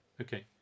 Okay